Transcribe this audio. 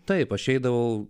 taip aš eidavau